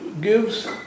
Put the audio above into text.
gives